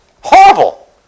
horrible